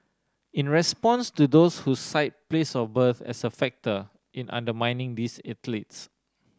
in response to those who cite place of birth as a factor in undermining these athletes